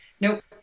nope